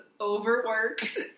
overworked